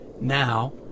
Now